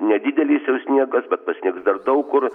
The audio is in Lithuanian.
nedidelis jau sniegas bet pasnigs dar daug kur